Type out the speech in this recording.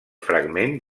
fragment